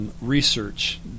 research